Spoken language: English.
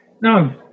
No